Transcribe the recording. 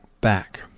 back